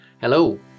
Hello